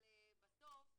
יותר מדי,